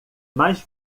mas